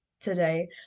today